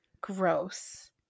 gross